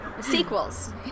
sequels